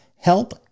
help